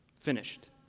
finished